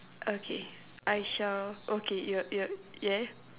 okay I shall okay y~ you'll yeah